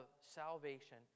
salvation